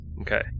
Okay